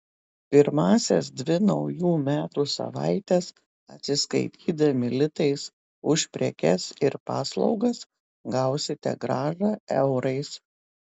pirmąsias dvi naujų metų savaites atsiskaitydami litais už prekes ir paslaugas gausite grąžą eurais